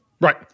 Right